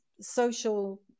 social